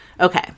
Okay